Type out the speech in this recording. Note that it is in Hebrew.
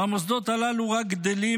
והמוסדות הללו רק גדלים,